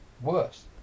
worse